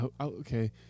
okay